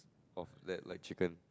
of that like chicken